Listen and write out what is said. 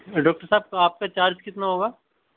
doctor صاحب آپ کا چارج کتنا ہوگا